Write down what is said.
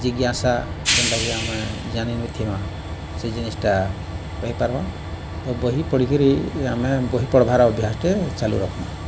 ଜିଜ୍ଞାସା ଯେନ୍ଟାକି ଆମେ ଜାନି ନିଥିମା ସେ ଜିନିଷ୍ଟା ପାଇପାର୍ମା ତ ବହି ପଢ଼ିକିରି ଆମେ ବହି ପଢ଼୍ବାର୍ ଅଭ୍ୟାସ୍ଟେ ଚାଲୁ ରଖ୍ମା